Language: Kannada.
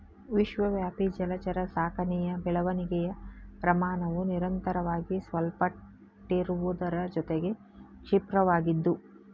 ವಿಶ್ವವ್ಯಾಪಿ ಜಲಚರ ಸಾಕಣೆಯ ಬೆಳವಣಿಗೆಯ ಪ್ರಮಾಣವು ನಿರಂತರವಾಗಿ ಸಲ್ಪಟ್ಟಿರುವುದರ ಜೊತೆಗೆ ಕ್ಷಿಪ್ರವಾಗಿದ್ದು